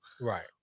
Right